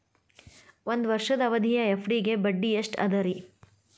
ಒಂದ್ ವರ್ಷದ ಅವಧಿಯ ಎಫ್.ಡಿ ಗೆ ಬಡ್ಡಿ ಎಷ್ಟ ಅದ ರೇ?